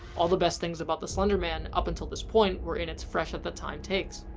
all the best things about the slender man up until this point were in its fresh-at-the-time takes.